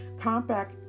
Compact